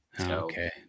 okay